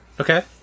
Okay